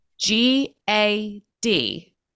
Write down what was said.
G-A-D